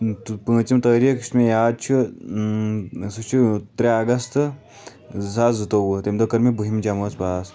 تہٕ پوںٛژِم تٲریٖخ یُس مےٚ یاد چھُ سُہ چھُ ترٛےٚ اگست زٕ ساس زٕتووُہ تمہِ دۄہ کٔر مےٚ بہِم جمٲژ پاس